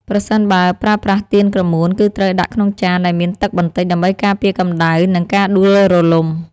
ប្រសិនបើប្រើប្រាស់ទៀនក្រមួន គឺត្រូវដាក់ក្នុងចានដែលមានទឹកបន្តិចដើម្បីការពារកម្តៅ និងការដួលរលំ។